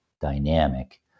dynamic